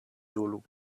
zulu